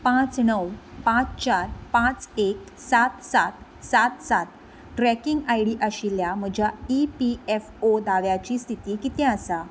पांच णव पांच चार पांच एक सात सात सात सात ट्रॅकिंग आय डी आशिल्ल्या म्हज्या ई पी एफ ओ दाव्याची स्थिती कितें आसा